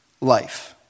life